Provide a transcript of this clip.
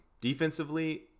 Defensively